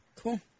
Cool